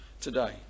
today